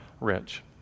rich